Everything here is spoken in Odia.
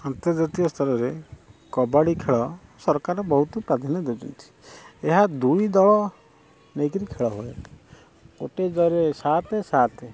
ଆନ୍ତର୍ଜାତୀୟ ସ୍ତରରେ କବାଡ଼ି ଖେଳ ସରକାର ବହୁତ ପ୍ରାଧାନ୍ୟ ଦେଉଛନ୍ତି ଏହା ଦୁଇ ଦଳ ନେଇକରି ଖେଳ ହୁଏ ଗୋଟିଏ ଦଳରେ ସାତ ସାତ